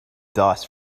dice